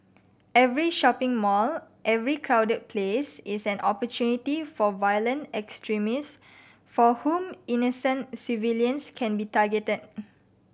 every shopping mall every crowded place is an opportunity for violent extremists for whom innocent civilians can be targeted